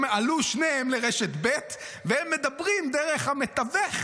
הם עלו שניהם לרשת ב' והם מדברים דרך המתווך,